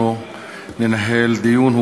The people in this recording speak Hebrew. אנחנו ננהל דיון.